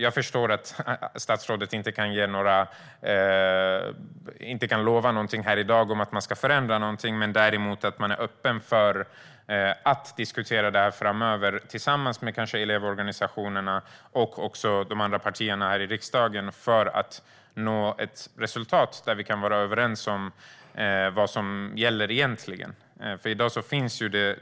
Jag förstår att statsrådet inte kan lova någonting här i dag om att man ska förändra någonting men inte att man inte är öppen för att diskutera det här framöver, kanske tillsammans med elevorganisationerna och även de andra partierna här i riksdagen för att nå ett resultat där vi kan vara överens om vad som egentligen gäller.